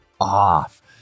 off